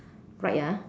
right ah